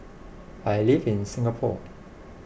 I live in Singapore